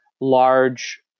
large